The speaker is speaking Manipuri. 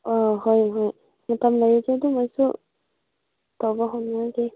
ꯑꯥ ꯍꯣꯏ ꯍꯣꯏ ꯃꯇꯝ ꯂꯩꯔꯁꯨ ꯑꯗꯨꯝ ꯑꯩꯁꯨ ꯇꯧꯕ ꯍꯧꯅꯤꯡꯉꯥꯏꯒꯤ